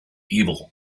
evil